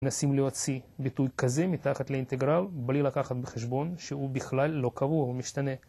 מנסים להוציא ביטוי כזה מתחת לאינטגרל בלי לקחת בחשבון שהוא בכלל לא קבוע, הוא משתנה